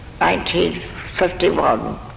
1951